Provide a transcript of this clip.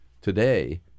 today